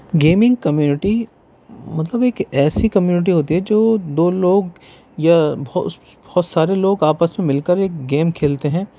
gaming community مطلب ایک ایسی کمیونٹی ہوتی ہے جو دو لوگ یا بہت بہت سارے لوگ آپس میں مِل کر ایک گیم کھیلتے ہیں